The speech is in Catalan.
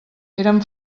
eren